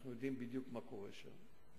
אנחנו יודעים בדיוק מה קורה שם.